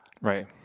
Right